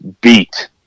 beat